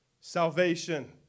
salvation